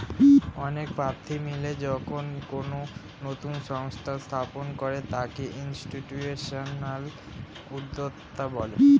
অনেক প্রার্থী মিলে যখন কোনো নতুন সংস্থা স্থাপন করে তাকে ইনস্টিটিউশনাল উদ্যোক্তা বলে